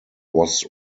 was